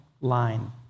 line